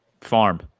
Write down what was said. farm